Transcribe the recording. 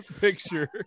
picture